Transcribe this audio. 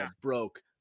broke